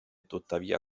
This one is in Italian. tuttavia